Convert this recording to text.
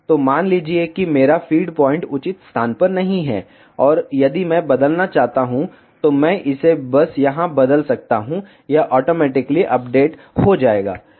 तो मान लीजिए कि मेरा फ़ीड पॉइंट उचित स्थान पर नहीं है और यदि मैं बदलना चाहता हूं तो मैं इसे बस यहां बदल सकता हूं यह ऑटोमेटिकली अपडेट हो जाएगा